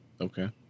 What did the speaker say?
Okay